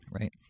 right